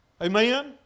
Amen